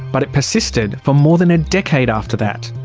but it persisted for more than a decade after that.